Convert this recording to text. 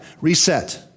reset